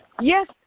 Yes